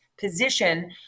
position